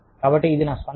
కాబట్టి ఇది నా స్పందన